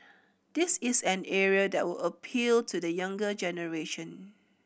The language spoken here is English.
this is an area that would appeal to the younger generation